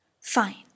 Fine